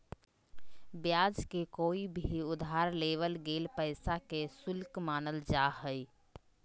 ब्याज के कोय भी उधार लेवल गेल पैसा के शुल्क मानल जा हय